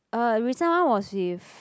uh recent one was with